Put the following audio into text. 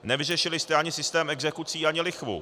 Nevyřešili jste ani systém exekucí, ani lichvu.